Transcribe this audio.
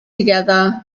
together